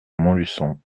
montluçon